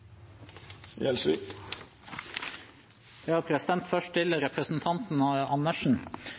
Først til representanten Andersen.